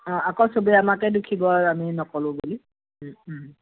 অ আকৌ সবে আমাকে দোষিব আৰু আমি নক'লোঁ বুলি